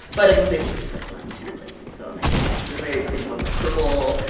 but i was able to get this one to replace it, so i'm happy! this is a very pretty one, with purple,